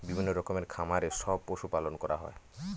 বিভিন্ন রকমের খামারে সব পশু পালন করা হয়